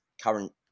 current